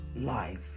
life